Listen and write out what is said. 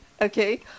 okay